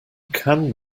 can